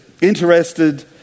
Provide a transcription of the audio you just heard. interested